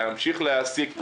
להמשיך להעסיק,